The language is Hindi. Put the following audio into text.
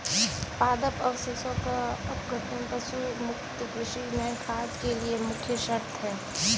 पादप अवशेषों का अपघटन पशु मुक्त कृषि में खाद के लिए मुख्य शर्त है